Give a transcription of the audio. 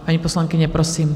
Paní poslankyně, prosím.